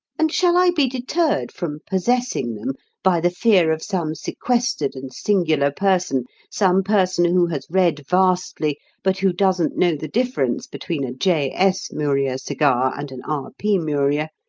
and shall i be deterred from possessing them by the fear of some sequestered and singular person, some person who has read vastly but who doesn't know the difference between a j s. muria cigar and an r p. muria,